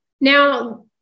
Now